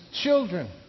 children